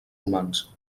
humans